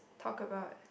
talk about